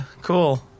Cool